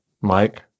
mike